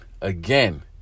again